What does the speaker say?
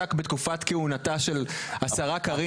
שהושק בתקופת כהונתה של השרה קארין אלהרר.